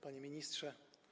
Panie Ministrze!